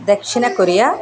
దక్షిణ కొరియా